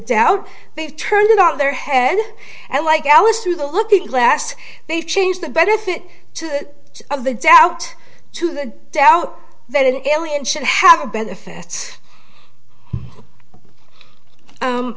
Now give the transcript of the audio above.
doubt they've turned on their head and like alice through the looking glass they change the benefit of the doubt to the doubt that an alien should have benefit